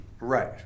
right